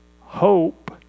hope